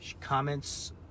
Comments